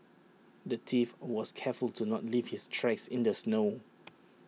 the thief was careful to not leave his tracks in the snow